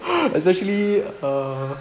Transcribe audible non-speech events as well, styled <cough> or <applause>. <laughs> especially uh